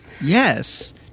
Yes